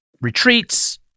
retreats